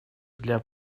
для